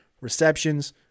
receptions